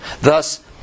Thus